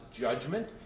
judgment